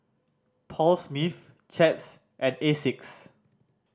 Paul Smith Chaps and Asics